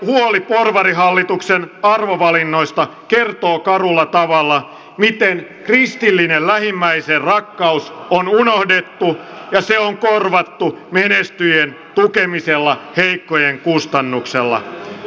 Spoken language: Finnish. arkkipiispan huoli porvarihallituksen arvovalinnoista kertoo karulla tavalla miten kristillinen lähimmäisenrakkaus on unohdettu ja se on korvattu menestyjien tukemisella heikkojen kustannuksella